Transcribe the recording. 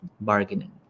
Bargaining